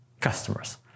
customers